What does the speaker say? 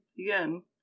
again